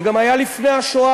זה גם היה לפני השואה,